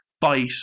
fight